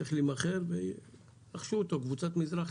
צריך להימכר ורכשו אותו קבוצת מזרחי.